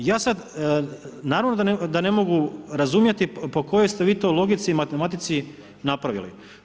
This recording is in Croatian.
I ja sad, naravno da ne mogu razumjeti po kojoj ste vi to logici i matematici napravili.